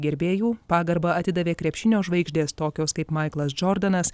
gerbėjų pagarbą atidavė krepšinio žvaigždės tokios kaip maiklas džordanas